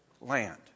land